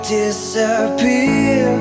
disappear